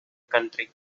country